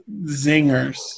zingers